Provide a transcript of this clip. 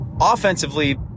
Offensively